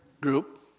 group